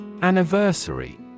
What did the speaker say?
Anniversary